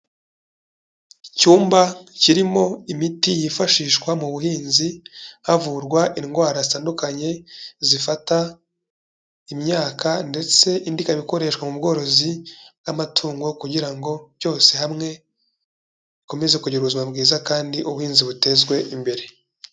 Icyumba kirimo imiti yifashishwa mu buhinzi havurwa indwara zitandukanye zifata imyaka ndetse indi ikaba ikoreshwa mu bworozi bw'amatungo kugira ngo cyose hamwe bikomeze kugira ubuzima bwiza kandi ubuhinzi butezwe imbere.